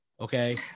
okay